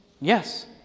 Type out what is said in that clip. Yes